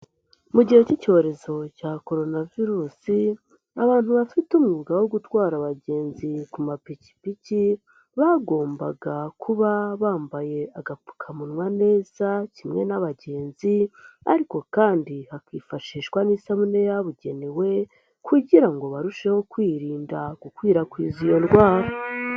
Mu gihe cy'icyorezo cya Corona virus, abantu bafite umwuga wo gutwara abagenzi ku mapikipiki, bagombaga kuba bambaye agapfukamunwa neza, kimwe n'abagenzi ariko kandi hakifashishwa n'isabune yabugenewe kugira ngo barusheho kwirinda gukwirakwiza iyo ndwara.